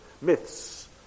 myths